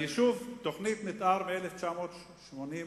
ליישוב תוכנית מיתאר מ-1986,